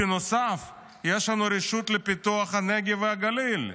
בנוסף יש לנו את הרשות לפיתוח הנגב והגליל,